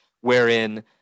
wherein